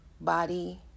body